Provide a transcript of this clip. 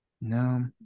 No